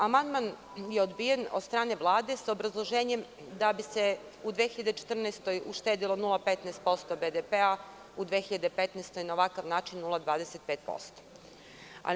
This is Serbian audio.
Amandman je odbijen od strane Vlade sa obrazloženjem da bi se u 2014. godini uštedelo 0,15% BDP, a u 2015. godini na ovakav način 0,25%